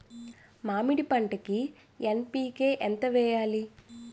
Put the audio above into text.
మామిడి పంటకి ఎన్.పీ.కే ఎంత వెయ్యాలి?